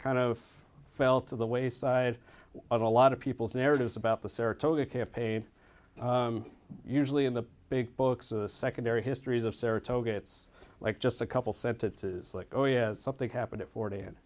kind of fell to the wayside of a lot of people's narratives about the saratoga campaign usually in the big books of the secondary histories of saratoga it's like just a couple sentences like oh yeah something happened at forty and